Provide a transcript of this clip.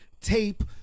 tape